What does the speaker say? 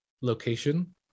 location